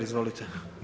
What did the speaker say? Izvolite.